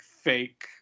fake